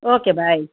okay bye